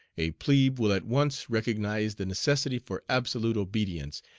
a plebe will at once recognize the necessity for absolute obedience,